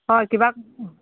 হয় কিবা